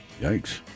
Yikes